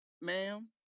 Ma'am